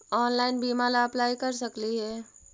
Online बीमा ला apply कर सकली हे?